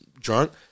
drunk